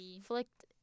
Flicked